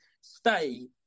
stay